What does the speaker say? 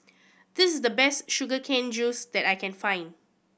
this is the best sugar cane juice that I can find